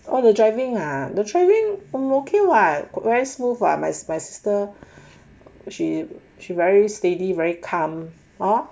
all the driving ah the driving very smooth [what] my sister she very steady very calm hor